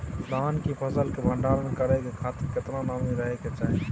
धान की फसल के भंडार करै के खातिर केतना नमी रहै के चाही?